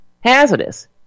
hazardous